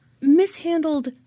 mishandled